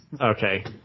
Okay